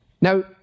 Now